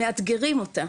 שמאתגרים אותה,